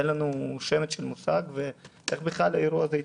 אין לנו שמץ של מושג איך בכלל האירוע הזה יתנהל.